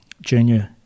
junior